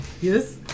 Yes